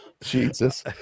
jesus